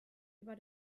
über